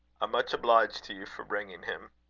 much obliged to you for bringing him.